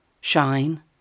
shine